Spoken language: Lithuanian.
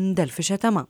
delfi šia tema